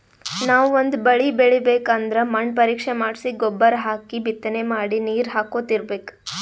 ನಾವ್ ಒಂದ್ ಬಳಿ ಬೆಳಿಬೇಕ್ ಅಂದ್ರ ಮಣ್ಣ್ ಪರೀಕ್ಷೆ ಮಾಡ್ಸಿ ಗೊಬ್ಬರ್ ಹಾಕಿ ಬಿತ್ತನೆ ಮಾಡಿ ನೀರ್ ಹಾಕೋತ್ ಇರ್ಬೆಕ್